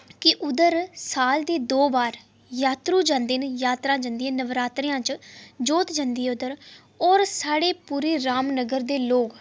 कि उद्धर साल दे दो बार जात्तरू जंदे न जात्तरा जंदी नरातें च जोत जंदी ऐ उद्धर और साढ़े पूरे रामनगर दे लोक